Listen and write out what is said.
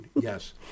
yes